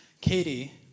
Katie